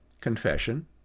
confession